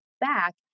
back